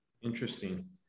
Interesting